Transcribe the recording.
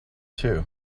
too